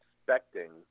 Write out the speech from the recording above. expecting